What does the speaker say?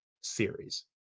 series